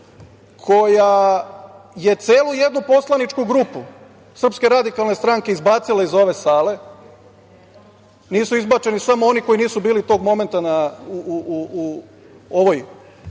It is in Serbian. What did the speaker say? koja je celu jednu poslaničku grupu SRS izbacila iz ove sale. Nisu izbačeni samo oni koji nisu bili tog momenta u ovoj